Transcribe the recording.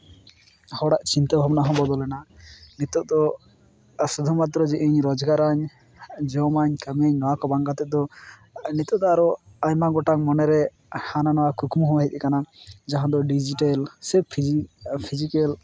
ᱦᱚᱲᱟᱜ ᱪᱤᱱᱛᱟᱹ ᱵᱷᱟᱵᱱᱟ ᱦᱚᱸ ᱵᱚᱫᱚᱞᱮᱱᱟ ᱱᱤᱛᱳᱜ ᱫᱚ ᱥᱩᱫᱷᱩᱢᱟᱛᱨᱚ ᱤᱧᱤᱧ ᱨᱚᱡᱜᱟᱨᱟᱹᱧ ᱡᱚᱢᱟᱹᱧ ᱠᱟᱹᱢᱤᱭᱟᱹᱧ ᱱᱚᱣᱟ ᱠᱚ ᱵᱟᱝ ᱠᱟᱛᱮ ᱫᱚ ᱱᱤᱛᱳᱜ ᱫᱚ ᱟᱨᱚ ᱟᱭᱢᱟ ᱜᱚᱴᱟᱝ ᱢᱚᱱᱮ ᱨᱮ ᱦᱟᱱᱟ ᱱᱟᱣᱟ ᱠᱩᱠᱢᱩ ᱦᱚᱸ ᱦᱮᱡ ᱠᱟᱱᱟ ᱡᱟᱦᱟᱸ ᱫᱚ ᱰᱤᱡᱤᱴᱮᱞ ᱥᱮ ᱯᱷᱤᱡᱤᱠᱮᱞ